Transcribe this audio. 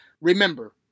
remember